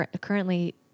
currently